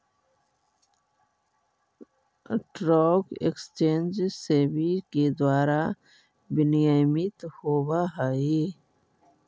stock exchange SEBI के द्वारा विनियमित होवऽ हइ